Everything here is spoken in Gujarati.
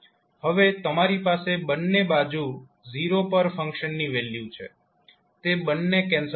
હવે તમારી પાસે બંને બાજુ 0 પર ફંકશનની વેલ્યુ છે તે બંને કેન્સલ થશે